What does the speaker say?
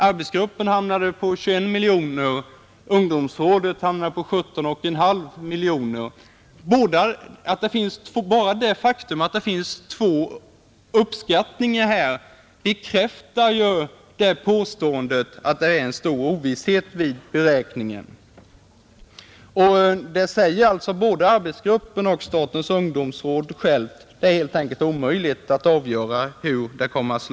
Arbetsgruppen hamnade på 21 miljoner, medan ungdomsrådet hamnade på 17,5 miljoner kronor. Redan det faktum, att det finns två olika uppskattningar här, bekräftar att det råder stor ovisshet vid beräkningen. Både arbetsgruppen och statens ungdomsråd säger att det helt enkelt är omöjligt att avgöra hur det kommer att gå.